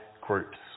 groups